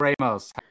Ramos